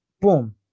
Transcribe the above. boom